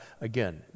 again